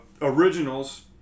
originals